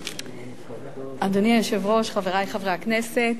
אדוני היושב-ראש, חברי חברי הכנסת,